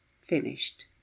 finished